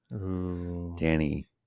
Danny